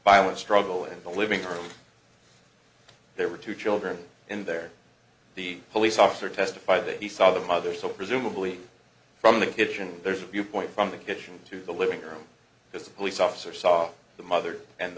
violent struggle in the living room there were two children in there the police officer testified that he saw the mother so presumably from the kitchen there's a viewpoint from the kitchen to the living room because the police officer saw the mother and